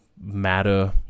matter